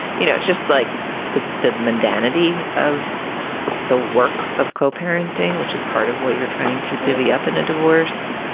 you know, just like the the mundanity of the work of co-parenting, which is part of what you're trying to divvy up in a divorce,